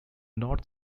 north